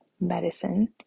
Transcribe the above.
medicine